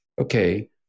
okay